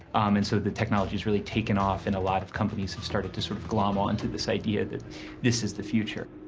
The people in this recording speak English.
and so the technology's really taken off, and a lot of companies have started to sort of glom onto this idea that this is the future.